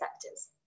sectors